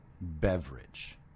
beverage